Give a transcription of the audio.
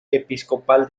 episcopal